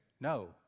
no